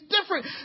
different